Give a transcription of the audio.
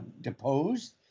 deposed